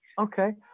okay